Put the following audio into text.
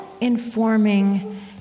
informing